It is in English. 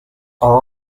are